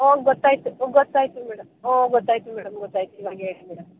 ಓ ಗೊತ್ತಾಯಿತು ಗೊತ್ತಾಯಿತು ಮೇಡಮ್ ಓ ಗೊತ್ತಾಯಿತು ಮೇಡಮ್ ಗೊತ್ತಾಯಿತು ಇವಾಗ ಹೇಳಿ ಮೇಡಮ್